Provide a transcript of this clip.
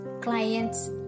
clients